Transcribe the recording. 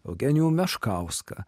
eugenijų meškauską